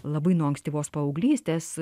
labai nuo ankstyvos paauglystės